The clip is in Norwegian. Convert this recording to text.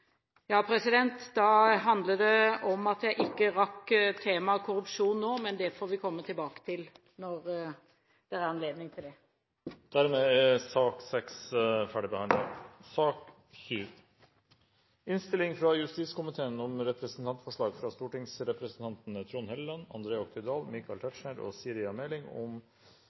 handler det om at jeg ikke rakk temaet korrupsjon nå, men det får vi komme tilbake til når det er anledning til det. Dermed er sak nr. 6 ferdigbehandlet. Representantene Helleland, Oktay Dahl, Tetzschner og Meling har fremmet et representantforslag